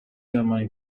german